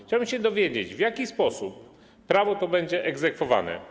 Chciałbym się dowiedzieć, w jaki sposób prawo to będzie egzekwowane.